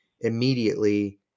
immediately